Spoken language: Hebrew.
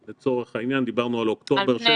דיברנו על אוקטובר - 639.